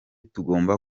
tugomba